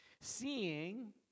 seeing